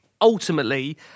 ultimately